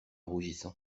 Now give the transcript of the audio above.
rougissant